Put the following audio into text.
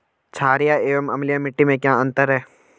छारीय एवं अम्लीय मिट्टी में क्या अंतर है?